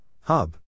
Hub